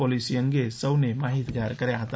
policy અંગે સૌને માહિતગાર કર્યા હતા